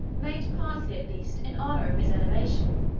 made, partly at least, in honor of his elevation.